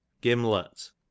Gimlet